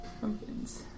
Pumpkins